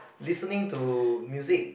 listening to music